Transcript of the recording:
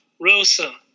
Rosa